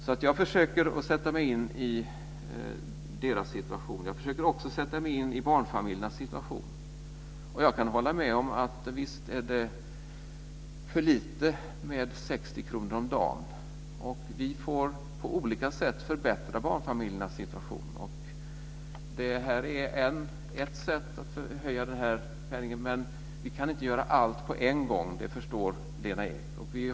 Så jag försöker att sätta mig in i deras situation. Jag försöker också sätta mig in i barnfamiljernas situation. Jag kan hålla med om att det är för lite med 60 kr om dagen. Vi får på olika sätt förbättra för barnfamiljerna. Att höja grundnivån i föräldrapenningen är ett sätt, men vi kan inte göra allt på en gång, det förstår Lena Ek.